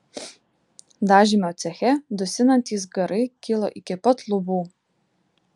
dažymo ceche dusinantys garai kilo iki pat lubų